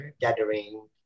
gathering